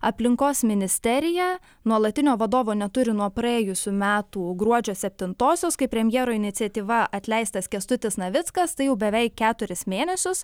aplinkos ministerija nuolatinio vadovo neturi nuo praėjusių metų gruodžio septintosios kai premjero iniciatyva atleistas kęstutis navickas tai jau beveik keturis mėnesius